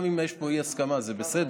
גם אם יש פה אי-הסכמה זה בסדר,